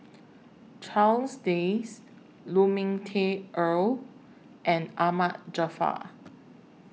Charles Dyce Lu Ming Teh Earl and Ahmad Jaafar